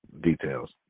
details